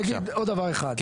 אני אגיד עוד דבר אחד,